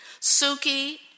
Suki